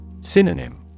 Synonym